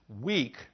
weak